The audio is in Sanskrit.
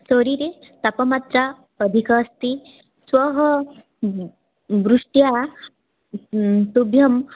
शरीरे तापमाच्चा अधिकम् अस्ति श्वः वृष्ट्या तुभ्यं